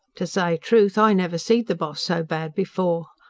to say trewth, i never see'd the boss so bad before,